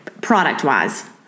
product-wise